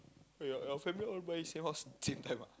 eh your your family all buy same house same time ah